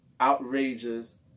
outrageous